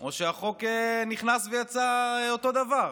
או שהחוק נכנס ויצא אותו דבר?